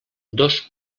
dos